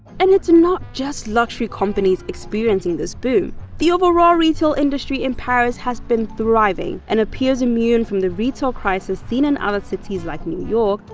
and it's not just luxury companies experiencing this boom. the overall retail industry in paris has been thriving and appears immune from the retail crisis seen in other cities like new york,